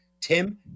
Tim